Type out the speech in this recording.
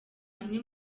amwe